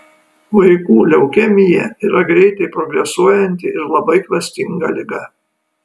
vaikų leukemija yra greitai progresuojanti ir labai klastinga liga